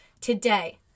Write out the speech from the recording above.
today